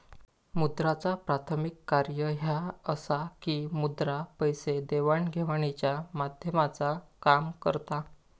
मुद्राचा प्राथमिक कार्य ह्या असा की मुद्रा पैसे देवाण घेवाणीच्या माध्यमाचा काम करता